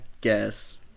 guess